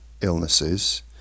illnesses